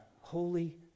holy